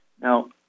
Now